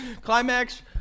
Climax